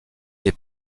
les